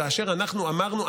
כאשר אנחנו אמרנו,